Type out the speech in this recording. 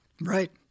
Right